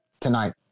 tonight